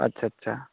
আচ্ছা